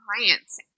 clients